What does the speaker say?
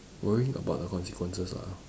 worrying about the consequences lah